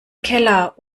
keller